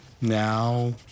Now